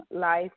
life